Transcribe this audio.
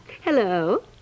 hello